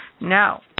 No